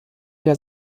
der